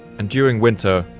and during winter,